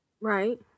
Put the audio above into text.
Right